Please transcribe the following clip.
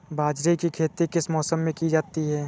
बाजरे की खेती किस मौसम में की जाती है?